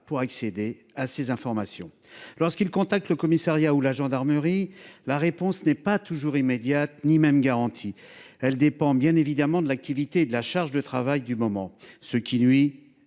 pour obtenir ces informations. Lorsqu’ils contactent le commissariat ou la gendarmerie, la réponse n’est pas toujours immédiate, ni même garantie. Elle dépend bien évidemment de l’activité et de la charge de travail du moment, ce qui nuit